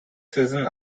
season